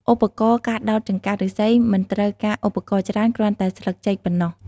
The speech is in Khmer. ឧបករណ៍ការដោតចង្កាក់ឫស្សីមិនត្រូវការឧបករណ៍ច្រើន គ្រាន់តែស្លឹកចេកប៉ុណ្ណោះ។